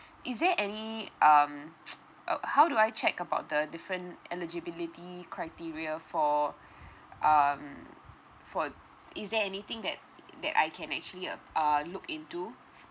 is there any um uh how do I check about the different eligibility criteria for um for is there anything that that I can actually uh uh look into